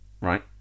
right